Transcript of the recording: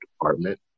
department